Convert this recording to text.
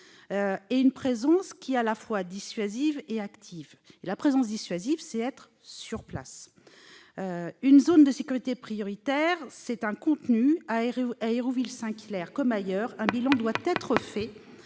et une présence qui soit à la fois dissuasive et active. Et pour assurer une présence dissuasive, il faut être sur place ! Une zone de sécurité prioritaire, c'est un contenu. À Hérouville-Saint-Clair comme ailleurs, un bilan doit être fait